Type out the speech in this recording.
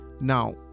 now